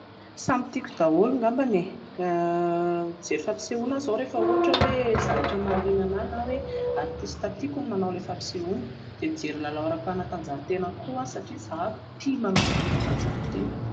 Samy tiako daholo angambany e, mijery fampisehoana aho izao rehefa ohatra hoe zavatra mahaliana anahy na hoe artista tiako no manao an'ilay fampisehoana, dia mijery lalao ara-panatanjahantena koa aho satria izaho tia manao fanatanjahantena